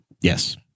Yes